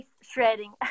shredding